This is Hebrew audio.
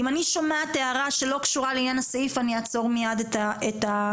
אם אני שומעת הערה שלא קשורה לעניין הסעיף אני אעצור מיד את הדיון